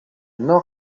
nord